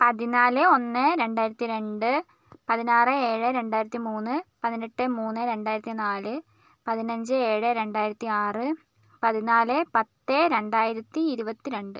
പതിനാല് ഒന്ന് രണ്ടായിരത്തി രണ്ട് പതിനാറ് ഏഴ് രണ്ടായിരത്തി മൂന്ന് പതിനെട്ട് മൂന്ന് രണ്ടായിരത്തി നാല് പതിനഞ്ച് ഏഴ് രണ്ടായിരത്തി ആറ് പതിനാല് പത്ത് രണ്ടായിരത്തി ഇരുപത്തി രണ്ട്